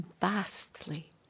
vastly